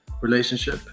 relationship